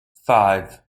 five